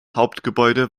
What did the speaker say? hauptgebäude